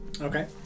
Okay